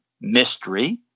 Mystery